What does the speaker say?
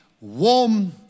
warm